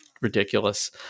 ridiculous